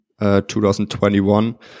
2021